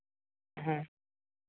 ᱦᱮᱸ